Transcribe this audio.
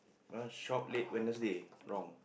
my one shop late Wednesday wrong